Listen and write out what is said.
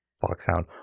Foxhound